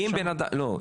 לא,